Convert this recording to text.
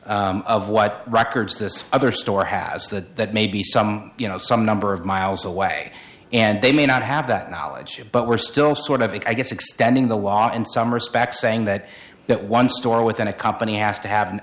of what records this other store has that maybe some you know some number of miles away and they may not have that knowledge but we're still sort of i guess extending the walk in some respects saying that that one store within a company has to ha